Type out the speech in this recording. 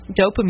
dopamine